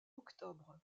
octobre